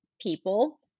people